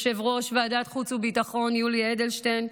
יושב-ראש ועדת החוץ והביטחון יולי אדלשטיין,